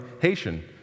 Haitian